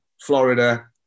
Florida